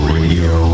Radio